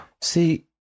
See